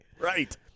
Right